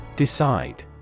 Decide